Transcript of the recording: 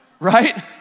right